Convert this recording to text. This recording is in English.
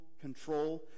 control